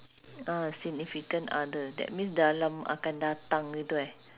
ah significant other that means dalam akan datang itu eh